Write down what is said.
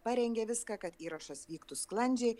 parengė viską kad įrašas vyktų sklandžiai